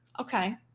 Okay